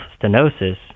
stenosis